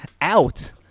out